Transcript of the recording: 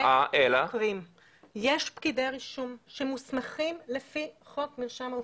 יש פקידי רישום שמוסמכים לפי חוק מרשם האוכלוסין,